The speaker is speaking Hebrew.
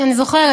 אני זוכרת,